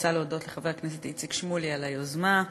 אני רוצה להודות לחבר הכנסת איציק שמולי על היוזמה.